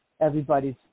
Everybody's